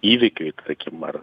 įvykiui tarkim ar